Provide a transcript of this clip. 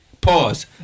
Pause